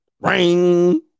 ring